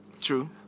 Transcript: True